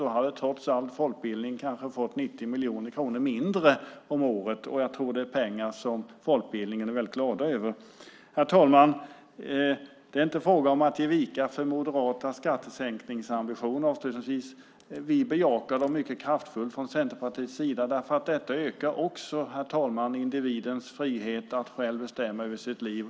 Då hade trots allt folkbildningen kanske fått 90 miljoner kronor mindre om året. Jag tror att det är pengar som man inom folkbildningen är glad över. Herr talman! Det är avslutningsvis inte fråga om att ge vika för moderata skattesänkningsambitioner. Vi bejakar dem mycket kraftfullt från Centerpartiets sida. Detta ökar också individens frihet att själv bestämma över sitt liv.